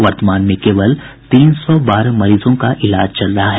वर्तमान में केवल तीन सौ बारह मरीजों का इलाज चल रहा है